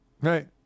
right